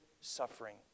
suffering